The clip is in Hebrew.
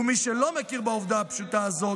ומי שלא מכיר בעובדה הפשוטה הזאת,